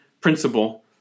principle